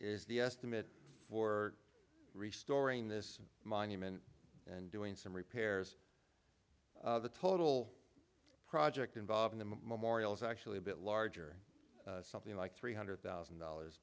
is the estimate for resourcing this monument and doing some repairs the total project involving the memorial is actually a bit larger something like three hundred thousand dollars